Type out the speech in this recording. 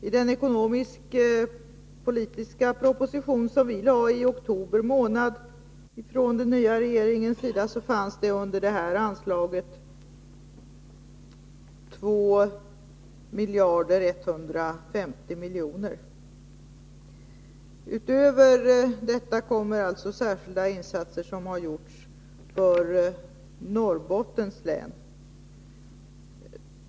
I den ekonomisk-politiska proposition som den nya regeringen lade fram i oktober fanns det under detta anslag 2 miljarder 150 miljoner. Utöver detta kommer alltså särskilda insatser som har gjorts för Norrbottens län.